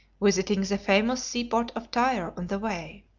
visiting the famous seaport of tyre on the way.